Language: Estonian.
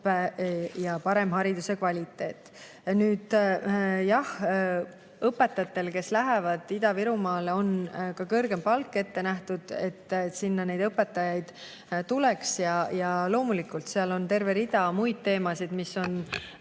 parem hariduse kvaliteet. Jah, õpetajatele, kes lähevad Ida-Virumaale, on kõrgem palk ette nähtud, et sinna õpetajaid ikka tuleks. Ja loomulikult seal on terve rida muid teemasid, mis on